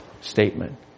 statement